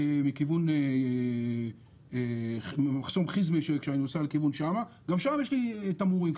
מכיוון מחסום חיזמה, גם שם יש לי תמרורים.